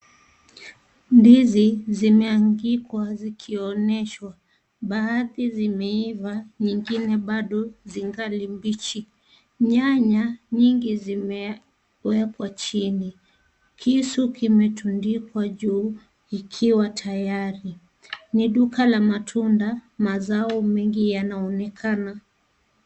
Ndizi zimeangikwa zikioneshwa. Baadhi zimeiva nyingine bado zingali bichi. Nyanya nyingi zimewekwa chini. Kisu kimetundikwa juu ikiwa tayari. Ni duka la matunda, mazao mengi yanaonekana.